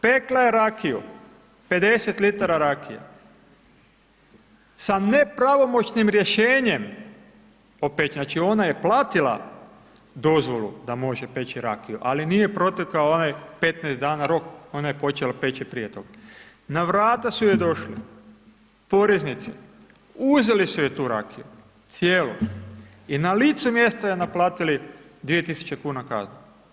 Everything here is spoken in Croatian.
Pekla je rakiju, 50 litara rakije, sa nepravomoćnim rješenjem, znači, ona je platila dozvolu da može peći rakiju, ali nije protekao onaj 15 dana rok, ona je počela peći prije toga, na vrata su joj došli poreznici, uzeli su joj tu rakiju, cijelu i na licu mjesta joj naplatili 2.000,00 kn kazne.